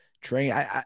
train